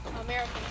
American